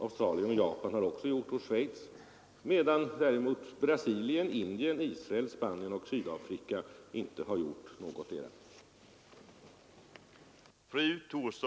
Australien, Japan och Schweiz har också gjort det, medan däremot Brasilien, Indien, Israel, Spanien och Sydafrika inte har gjort någotdera.